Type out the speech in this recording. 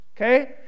okay